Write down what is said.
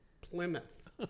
Plymouth